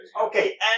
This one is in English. Okay